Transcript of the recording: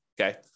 Okay